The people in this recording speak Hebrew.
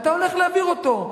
ואתה הולך להעביר אותו.